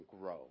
grow